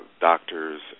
doctors